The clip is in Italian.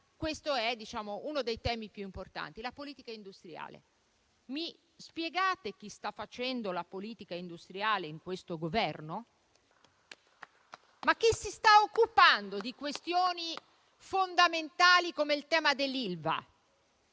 questo è uno dei temi più importanti: la politica industriale. Mi spiegate chi sta facendo la politica industriale in questo Governo? Chi si sta occupando di questioni fondamentali come il tema dell'Ilva?